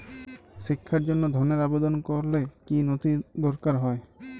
শিক্ষার জন্য ধনের আবেদন করলে কী নথি দরকার হয়?